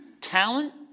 talent